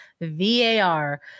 VAR